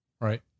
right